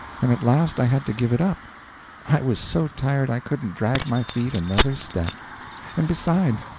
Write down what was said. and at last i had to give it up i was so tired i couldn't drag my feet another step and besides,